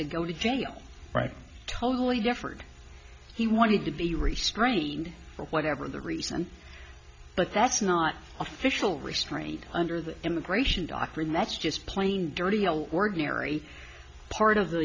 to go to jail right totally different he wanted to be restrained for whatever the reason but that's not official restraint under the immigration doc rematch just plain dirty you know ordinary part of the